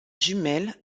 jumelle